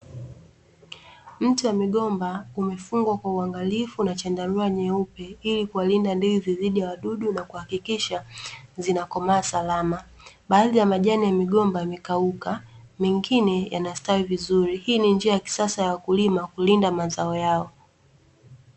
Mti wa mgomba umefungwa kwa uangalifu na chandarua nyeupe, ili kulinda ndizi dhidi ya wadudu na kuhakikisha zinakomaa salama. Baadhi ya majani ya migomba imekauka mengine yanastawi vizuri. Hii ni njia ya kisasa ya wakulima kulinda mazao yao.